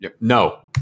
No